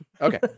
Okay